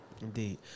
Indeed